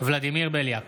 ולדימיר בליאק,